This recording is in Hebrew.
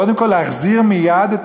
קודם כול להחזיר מייד,